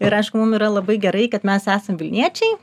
ir aišku mum yra labai gerai kad mes esam vilniečiai